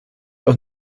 auch